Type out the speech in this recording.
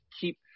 keep